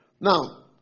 Now